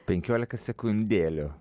penkiolika sekundėlių